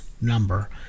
number